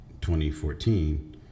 2014